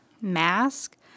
mask